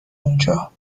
اونجا